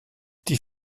die